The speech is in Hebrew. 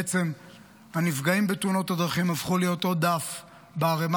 בעצם הנפגעים בתאונות הדרכים הפכו להיות עוד דף בערמה